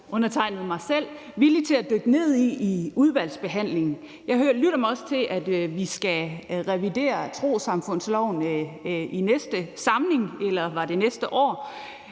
undertegnede villige til at dykke ned i i udvalgsbehandlingen. Jeg lytter mig også til, at vi skal revidere trossamfundsloven i næste samling, eller var det næste år?